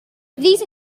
these